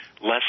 less